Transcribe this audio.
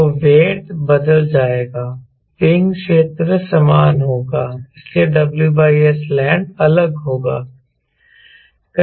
तो वेट बदल जाएगा विंग क्षेत्र समान रहेगा इसलिए WSLand अलग होगा